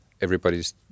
everybody's